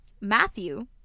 Matthew